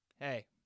hey